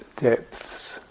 depths